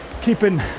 keeping